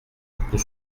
pour